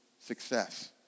success